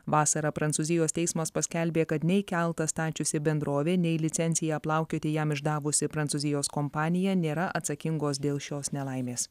vasarą prancūzijos teismas paskelbė kad nei keltą stačiusi bendrovė nei licenciją plaukioti jam išdavusi prancūzijos kompanija nėra atsakingos dėl šios nelaimės